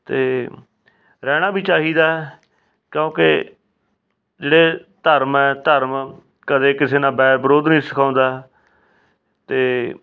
ਅਤੇ ਰਹਿਣਾ ਵੀ ਚਾਹੀਦਾ ਕਿਉਂਕਿ ਜਿਹੜੇ ਧਰਮ ਹੈ ਧਰਮ ਕਦੇ ਕਿਸੇ ਨਾਲ ਵੈਰ ਵਿਰੋਧ ਨਹੀਂ ਸਿਖਾਉਂਦਾ ਅਤੇ